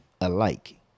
alike